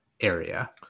area